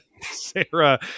Sarah